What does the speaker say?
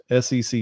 SEC